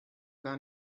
gar